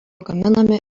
gaminami